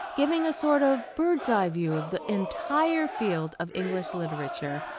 giving a sort of bird's-eye view of the entire field of english literature,